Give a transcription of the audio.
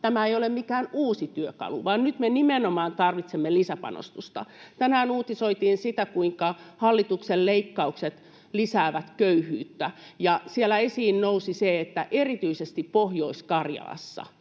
tämä ei ole mikään uusi työkalu, vaan nyt me nimenomaan tarvitsemme lisäpanostusta. Tänään uutisoitiin, kuinka hallituksen leikkaukset lisäävät köyhyyttä, ja siellä esiin nousi, että erityisesti Pohjois-Karjalassa